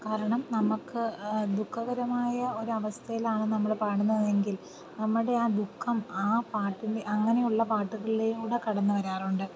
കാരണം നമുക്ക് ദുഖകരമായ ഒരു അവസ്ഥയിലാണ് നമ്മൾ പാടുന്നതെങ്കിൽ നമ്മുടെ ആ ദുഃഖം ആ പാട്ടിലെ അങ്ങനെയുള്ള പാട്ടുകളിലൂടെ കടന്നുവരാറുണ്ട്